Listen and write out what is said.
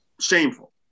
shameful